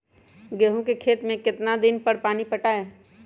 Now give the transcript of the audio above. गेंहू के खेत मे कितना कितना दिन पर पानी पटाये?